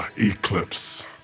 eclipse